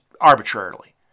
arbitrarily